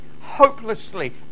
hopelessly